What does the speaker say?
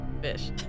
fish